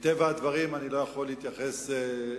מטבע הדברים אני לא יכול להתייחס לסעיפי